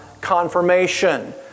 confirmation